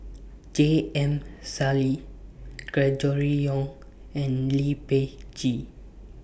J M Sali Gregory Yong and Lee Peh Gee